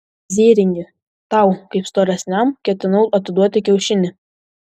zėringi tau kaip storesniam ketinau atiduoti kiaušinį